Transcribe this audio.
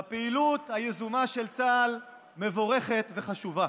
והפעילות היזומה של צה"ל מבורכת וחשובה.